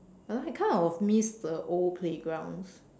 I kind of missed the old playgrounds